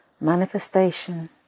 manifestation